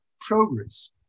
progress